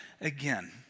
again